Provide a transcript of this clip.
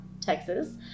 Texas